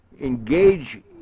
engage